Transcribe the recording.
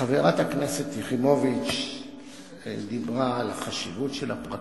חברת הכנסת יחימוביץ דיברה על החשיבות של הפרקליטים.